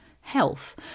health